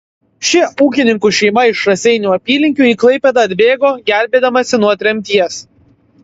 ši ūkininkų šeima iš raseinių apylinkių į klaipėdą atbėgo gelbėdamasi nuo tremties